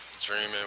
dreaming